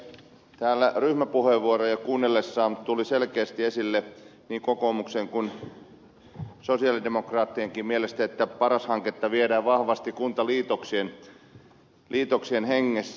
täällä ryhmäpuheenvuoroja kuunnellessa tuli selkeästi esille niin kokoomuksen kuin sosialidemokraattienkin mielestä että paras hanketta viedään vahvasti kuntaliitoksien hengessä